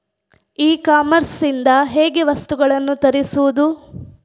E commerce ಇಂದ ಹೇಗೆ ವಸ್ತುಗಳನ್ನು ತರಿಸುವುದು?